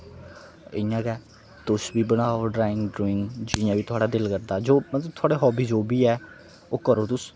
इ'यां गै तुस बी बनाओ ड्रांइग ड्रूइंग जियां बी थुआढ़ा दिल करदा जो मतलब थुआढ़ा हाब्बी बी जो बी ऐ ओह् करो तुस